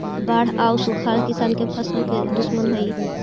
बाढ़ आउ सुखाड़ किसान के फसल के दुश्मन हइ